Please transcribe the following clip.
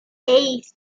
eight